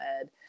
ed